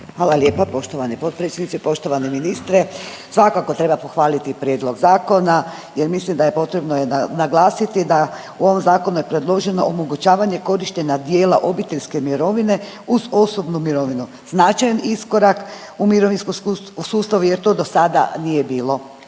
Hvala lijepo poštovani potpredsjedniče. Poštovani ministre. Svakako treba pohvaliti Prijedlog zakona jer mislim da je potrebno naglasiti da u ovom Zakonu je predloženo omogućavanje korištenja dijela obiteljske mirovine uz osobnu mirovinu. Značajan iskorak u mirovinskom sustavu jer to do sada nije bilo